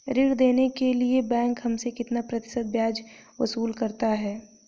ऋण देने के लिए बैंक हमसे कितना प्रतिशत ब्याज वसूल करता है?